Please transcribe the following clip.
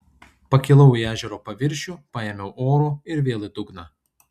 pakilau į ežero paviršių paėmiau oro ir vėl į dugną